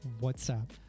WhatsApp